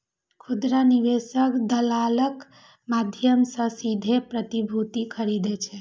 खुदरा निवेशक दलालक माध्यम सं सीधे प्रतिभूति खरीदै छै